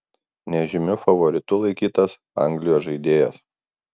nežymiu favoritu laikytas anglijos žaidėjas